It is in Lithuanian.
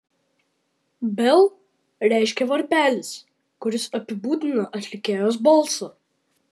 bell reiškia varpelis kuris apibūdina atlikėjos balsą